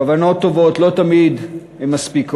כוונות טובות לא תמיד מספיקות.